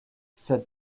said